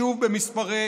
שוב במספרי